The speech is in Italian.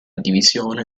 divisione